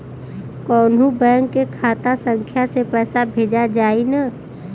कौन्हू बैंक के खाता संख्या से पैसा भेजा जाई न?